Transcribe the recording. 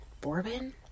Bourbon